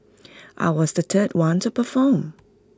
I was the third one to perform